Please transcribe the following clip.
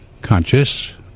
conscious